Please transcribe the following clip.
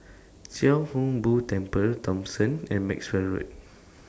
Chia Hung Boo Temple Thomson and Maxwell Road